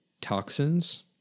toxins